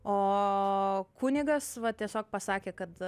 o kunigas va tiesiog pasakė kad